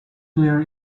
clear